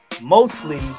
mostly